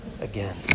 again